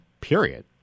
period